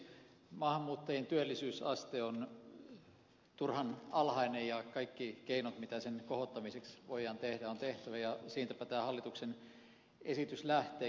maahanmuuttajien työllisyysaste on turhan alhainen ja kaikki keinot mitä sen kohottamiseksi voidaan tehdä on tehtävä ja siitäpä tämä hallituksen esitys lähteekin